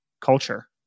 culture